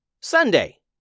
Sunday